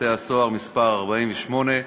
בתי-הסוהר (מס' 48),